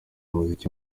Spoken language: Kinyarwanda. umuziki